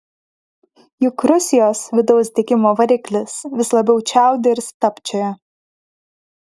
juk rusijos vidaus degimo variklis vis labiau čiaudi ir stabčioja